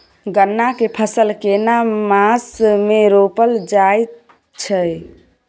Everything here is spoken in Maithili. गन्ना के फसल केना मास मे रोपल जायत छै?